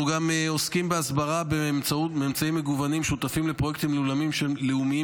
אנחנו גם עוסקים בהסברה באמצעים מגוונים ושותפים לפרויקטים לאומיים